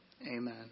Amen